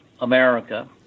America